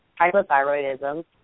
hypothyroidism